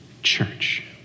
Church